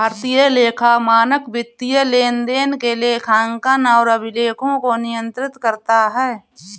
भारतीय लेखा मानक वित्तीय लेनदेन के लेखांकन और अभिलेखों को नियंत्रित करता है